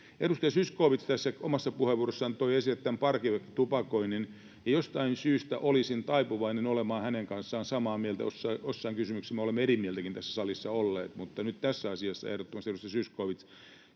Edustaja Zyskowicz omassa puheenvuorossaan toi esille tämän parveketupakoinnin. Jostain syystä olisin taipuvainen olemaan hänen kanssaan samaa mieltä — joissain kysymyksissä me olemme eri mieltäkin tässä salissa olleet. Nyt tässä asiassa ehdottomasti, edustaja Zyskowicz,